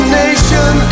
nation